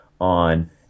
on